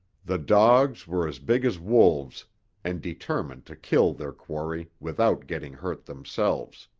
the dogs were as big as wolves and determined to kill their quarry without getting hurt themselves.